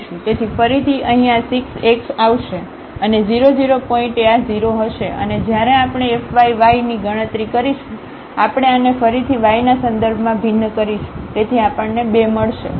તેથી ફરીથી અહીં આ 6x આવશે અને 00 પોઇન્ટએ આ 0 હશે અને જ્યારે આપણે fyyની ગણતરી કરીશું તેથી આપણે આને ફરીથી y ના સંદર્ભમાં ભિન્ન કરીશું તેથી આપણને 2 મળશે